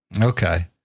Okay